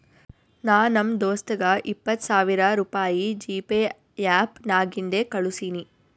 ನಾ ನಮ್ ದೋಸ್ತಗ ಇಪ್ಪತ್ ಸಾವಿರ ರುಪಾಯಿ ಜಿಪೇ ಆ್ಯಪ್ ನಾಗಿಂದೆ ಕಳುಸಿನಿ